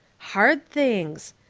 hard things.